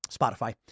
Spotify